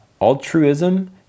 Altruism